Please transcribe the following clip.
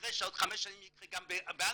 שכנראה שעוד חמש שנים יקרה גם באנגליה,